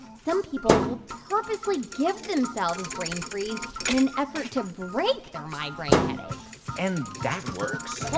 some people will purposely give themselves brain freeze in an effort to break their migraine headaches and that works? well,